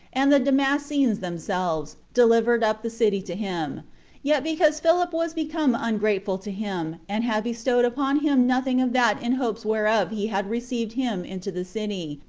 and the damascens themselves, delivered up the city to him yet because philip was become ungrateful to him, and had bestowed upon him nothing of that in hopes whereof he had received him into the city,